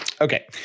Okay